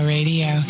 Radio